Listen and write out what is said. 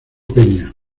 peña